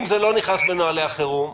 אם זה לא נכנס בנהלי החירום,